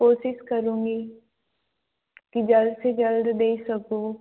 कोशिश करूँगी कि जल्द से जल्द दे सकूँ